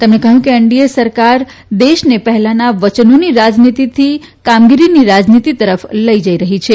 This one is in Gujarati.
તેમણે કહયું કે એનડીએ સરકાર દેશને પહેલાના વચનોની રાજનીતીથી કામગીરીની રાજનીતી તરફ લઇ જઇ રહી છે